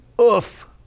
Oof